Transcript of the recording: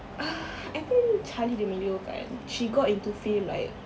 uh I think charli d'amelio kan she got into fame like